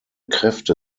kräfte